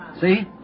See